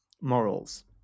Morals